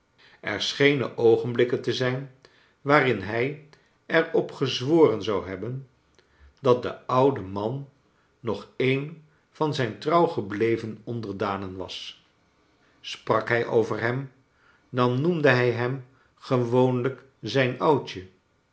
er schenen oogenblikken te zijn waarin hij er op gezworen zou hebben dat de oude man nog een van zijn trouw gebleven onderdanen was sprak hij over hem dan noemde hij hem gewoonlijk zijn oudje